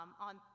on